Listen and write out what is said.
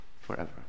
forever